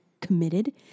committed